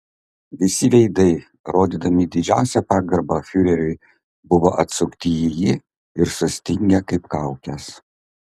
visi veidai rodydami didžiausią pagarbą fiureriui buvo atsukti į jį ir sustingę kaip kaukės